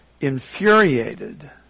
infuriated